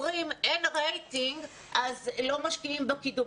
אומרים שבגלל שאין רייטינג לא משקיעים בקידום.